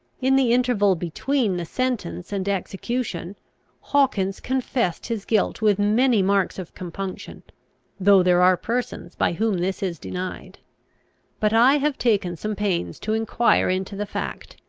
in the interval between the sentence and execution hawkins confessed his guilt with many marks of compunction though there are persons by whom this is denied but i have taken some pains to enquire into the fact,